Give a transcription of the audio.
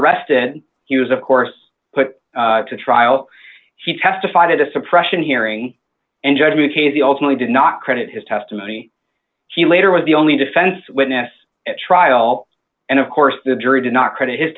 arrested he was of course put to trial she testified at the suppression hearing and judge mckay the ultimately did not credit his testimony she later was the only defense witness at trial and of course the jury did not credit his